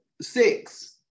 six